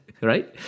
right